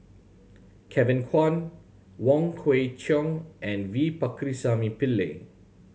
Kevin Kwan Wong Kwei Cheong and V Pakirisamy Pillai